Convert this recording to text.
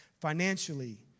financially